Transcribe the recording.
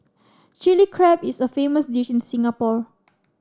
Chilli Crab is a famous dish in Singapore